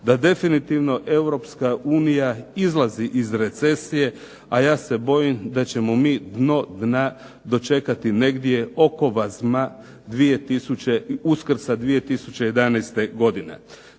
da definitivno Europska unija izlazi iz recesije, a ja se bojim da ćemo mi dno dna dočekati oko Vazma, Uskrsa 2011. godine.